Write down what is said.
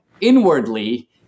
inwardly